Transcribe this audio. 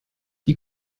die